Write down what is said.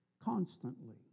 constantly